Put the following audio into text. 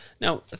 Now